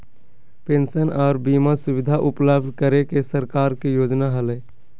pension आर बीमा सुविधा उपलब्ध करे के सरकार के योजना हलय